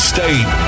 State